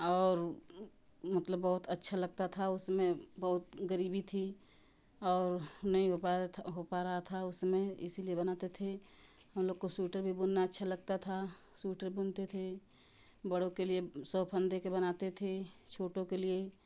और मतलब बहुत अच्छा लगता था उसमें बहुत गरीबी थी और नहीं हो पा रहा था हो पा रहा था उसमें इसीलिए बनाते थे हम लोगों को सूटर भी बुनना अच्छा लगता था सूटर बुनते थे बड़ों के लिए सौ फंदे के बनाते थे छोटों के लिए